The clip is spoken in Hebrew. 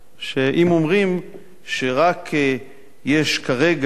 שאם אומרים שיש כרגע רק,